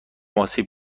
آسیب